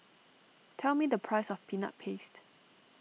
tell me the price of Peanut Paste